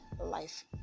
Life